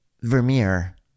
Vermeer